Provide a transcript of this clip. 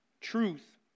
truth